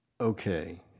okay